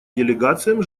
делегациям